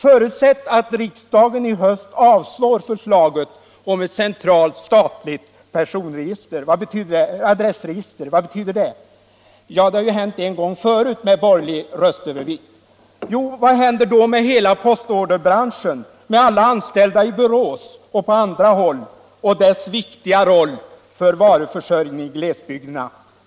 Förutsätt att riksdagen i höst avslår förslaget om ett centralt statligt person och adressregister! Det har ju inträffat en gång förut med borgerlig röstövervikt. Vad händer då med hela postorderbranschen och alla dess anställda i Borås och på andra håll, med dess viktiga roll för varuförsörjning i glesbygderna?